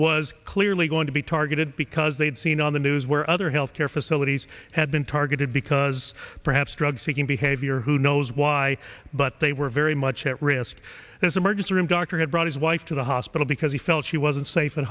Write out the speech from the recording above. was clearly going to be targeted because they'd seen on the news where other healthcare facilities had been targeted because perhaps drug seeking behavior who knows why but they were very much at risk as emergency room doctor had brought his wife to the hospital because he felt she wasn't safe at